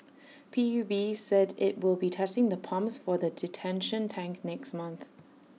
P U B said IT will be testing the pumps for the detention tank next month